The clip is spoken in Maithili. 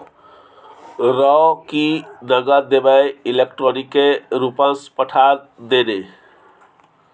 रौ की नगद देबेय इलेक्ट्रॉनिके रूपसँ पठा दे ने